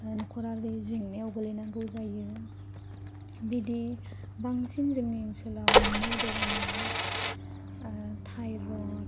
न'खरारि जेंनायाव गोलैनांगौ जायो बिदि बांसिन जोंनि ओनसोलाव नुनाय बेरामा थाइर'द